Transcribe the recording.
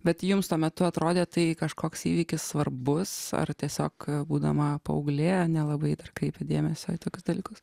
bet jums tuo metu atrodė tai kažkoks įvykis svarbus ar tiesiog būdama paauglė nelabai kreipėt dėmesio į tokius dalykus